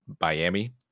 Miami